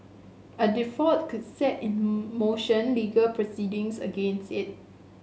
a default could set in motion legal proceedings against it